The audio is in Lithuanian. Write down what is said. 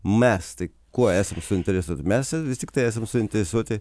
mes tai kuo esam suinteresuoti mes vis tiktai esam suinteresuoti